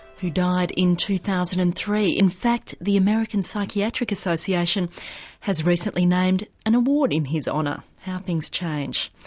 who died in two thousand and three. in fact the american psychiatric association has recently named an award in his honour how things change.